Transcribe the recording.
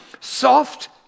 soft